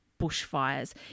bushfires